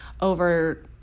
over